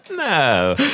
No